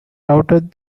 routed